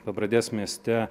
pabradės mieste